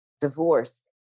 divorce